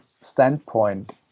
standpoint